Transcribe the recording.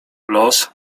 los